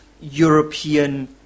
European